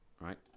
right